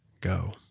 go